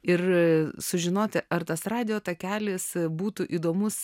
ir sužinoti ar tas radijo takelis būtų įdomus